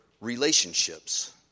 relationships